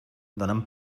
donen